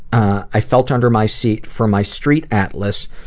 i felt under my seat for my street atlas,